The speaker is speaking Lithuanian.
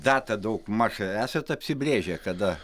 datą daugmaž esat apsibrėžę kada